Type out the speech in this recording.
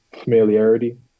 familiarity